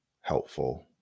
helpful